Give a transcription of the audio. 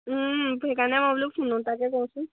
সেইকাৰণে মই বোলো ফোন এটাকে কৰোঁচোন